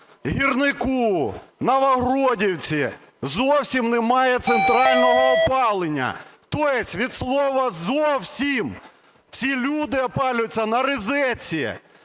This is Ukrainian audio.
Гірнику, Новогродівці зовсім немає центрального опалення, то есть від слова "зовсім". Ці люди опалюються на розетці,